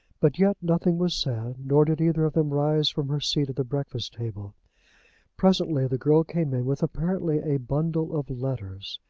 but yet nothing was said, nor did either of them rise from her seat at the breakfast-table. presently the girl came in with apparently a bundle of letters,